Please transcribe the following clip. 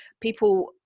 people